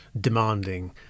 demanding